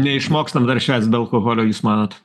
neišmokstam dar švęst be alkoholio jūs manot